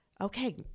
okay